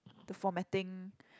the formatting